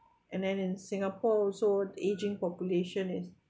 and then in singapore also ageing population is